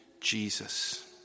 Jesus